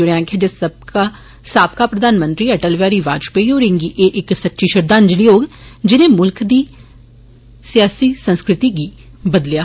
उनें आक्खेआ जे साबका प्रधानमंत्री अटल बिहारी बाजपेई होरें गी एह् इक्क सच्ची श्रद्वांजलि होग जिनें मुल्ख दी सियासी संस्कृति गी बदलेआ